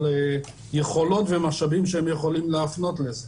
יכולות ומשאבים שהם יכולים להפנות לזה.